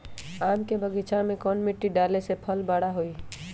आम के बगीचा में कौन मिट्टी डाले से फल बारा बारा होई?